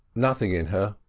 nothing in her.